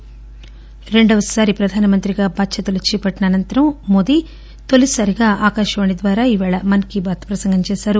నరేంద్ర మోదీ రెండవసారి ప్రధానమంత్రిగా బాధ్యతలు చేపట్లిన అనంతరం తొలిసారిగా ఆకాశవాణి ద్వారా మన్ కీ బాత్ ప్రసంగం చేశారు